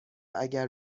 اگر